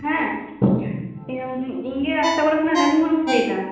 ᱦᱮᱸ ᱤᱧ ᱜᱮ ᱟᱥᱛᱟ ᱜᱚᱲᱟ ᱠᱷᱚᱱᱟᱜ ᱨᱟᱹᱱᱤ ᱢᱩᱨᱢᱩᱧ ᱞᱟᱹᱭᱮᱫᱟ